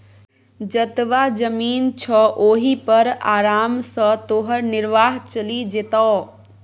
जतबा जमीन छौ ओहि पर आराम सँ तोहर निर्वाह चलि जेतौ